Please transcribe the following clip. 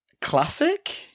classic